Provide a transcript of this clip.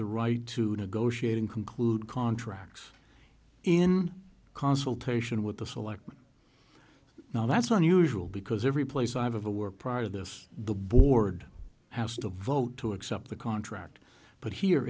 the right to negotiate and conclude contracts in consultation with the selectmen now that's unusual because every place i've ever worked prior to this the board has to vote to accept the contract but here